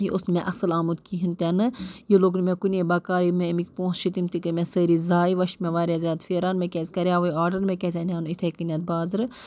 یہِ اوس نہٕ مےٚ اَصٕل آمُت کِہیٖنۍ تہِ نہٕ یہِ لوٚگ نہٕ مےٚ کُنے بَکار یِم مےٚ امیِکۍ پونٛسہٕ چھِ تِم تہِ گٔے مےٚ سٲری زایہِ وۄنۍ چھِ مےٚ واریاہ زیادٕ پھیران مےٚ کیازِ کَریوٕے آرڈَر مےٚ کیازِ اَنیو نہٕ یِتھے کٔنیٚتھ بازرٕ